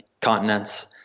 continents